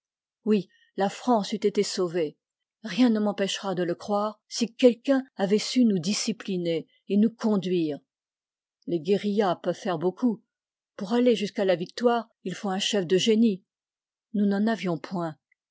oui la france eût été sauvée rien ne m'empêchera de le croire si quelqu'un avait su nous discipliner et nous conduire les guérillas peuvent faire beaucoup pour aller jusqu'à la victoire il faut un chef de génie nous n'en avions point